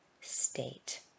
state